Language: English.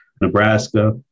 Nebraska